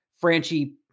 Franchi